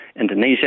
Indonesia